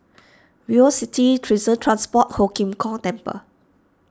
VivoCity Transport Ho Kim Kong Temple